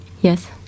Yes